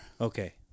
Okay